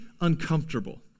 uncomfortable